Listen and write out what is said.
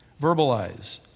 Verbalize